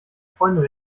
freundin